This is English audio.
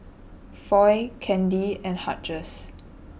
Foy Candi and Hughes